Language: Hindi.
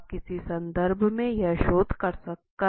आप किस सन्दर्भ में यह शोध कर रहे हैं